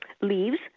leaves